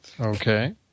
Okay